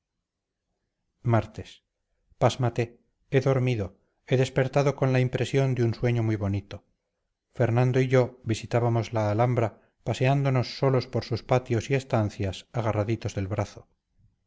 martes pásmate he dormido he despertado con la impresión de un sueño muy bonito fernando y yo visitábamos la alhambra paseándonos solos por sus patios y estancias agarraditos del brazo